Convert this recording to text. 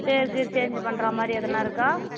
பேர் gear change பண்ணுறா மாதிரி எதுனா இருக்கா